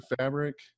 fabric